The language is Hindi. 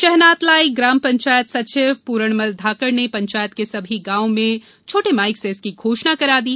शहनातलाई ग्राम पंचायत सचिव पूरणमल धाकड ने पंचायत के सभी गांवों में छोटे माईक से घोषणा करा दी